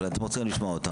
אולי אתם רוצים לשמוע אותם.